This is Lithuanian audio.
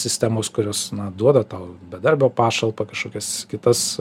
sistemos kurios na duoda tau bedarbio pašalpą kažkokias kitas